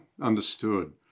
understood